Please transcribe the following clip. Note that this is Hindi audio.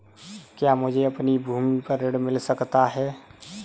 क्या मुझे अपनी भूमि पर ऋण मिल सकता है?